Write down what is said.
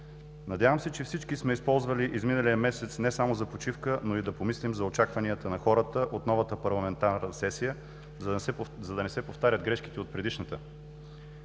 надявам се, че всички сме използвали изминалия месец не само за почивка, но и да помислим за очакванията на хората от новата парламентарна сесия, за да не се повтарят грешките от предишната.